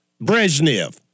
Brezhnev